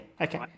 okay